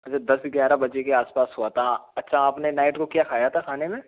अच्छा दस ग्यारह बजे के आस पास हुआ था अच्छा आपने नाईट में क्या खाया था खाने में